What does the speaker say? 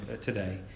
today